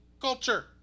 culture